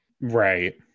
right